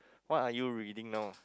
what are you reading now